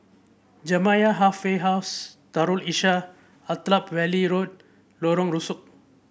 Jamiyah Halfway House Darul Islah Attap Valley Road Lorong Rusuk